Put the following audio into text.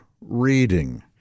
reading